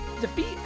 defeat